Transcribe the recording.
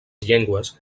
llengües